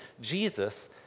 Jesus